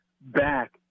back